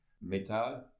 metal